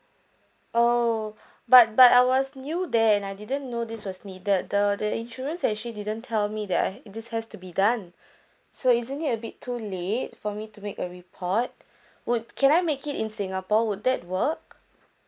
oh but but I was new there and I didn't know this was needed the the insurance actually didn't tell me that I had this has to be done so isn't it a bit too late for me to make a report would can I make it in singapore would that work